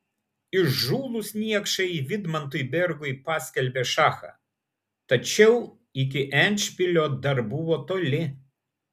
įžūlūs niekšai vidmantui bergui paskelbė šachą tačiau iki endšpilio dar buvo toli